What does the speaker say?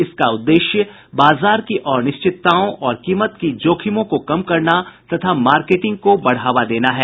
इसका उद्देश्य बाजार की अनिश्चितताओं और कीमत की जोखिमों को कम करना तथा मार्केटिंग को बढ़ावा देना है